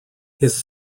his